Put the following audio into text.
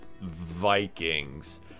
Vikings